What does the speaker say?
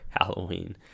Halloween